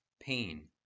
Pain